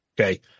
Okay